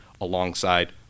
alongside